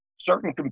certain